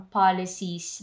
policies